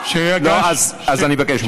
לא, לא, אז אני מבקש ממך.